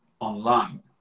online